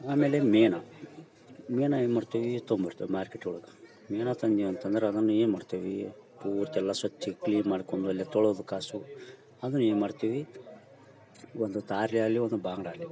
ಆಮೇಲೆ ಮೀನ ಮೀನ ಏನ್ಮಾಡ್ತೇವಿ ತಗೊಂಬರ್ತೇವಿ ಮಾರ್ಕೆಟ್ ಒಳಗೆ ಮೀನ ತದ್ನೀವಂತಂದ್ರ ಅದನ್ನ ಏನು ಮಾಡ್ತವೀ ಪೂರ್ತಿ ಎಲ್ಲ ಸ್ವಚ್ಛ ಕ್ಲೀನ್ ಮಾಡ್ಕೊಂಡು ಅಲ್ಲೆ ತೊಳದು ಕಾಸು ಅದನ್ನ ಏನು ಮಾಡ್ತೇವಿ ಒಂದು ತಾರ್ಲೆ ಆಗಲಿ ಒಂದು ಬಾಂಗ್ಡಾ ಆಗಲಿ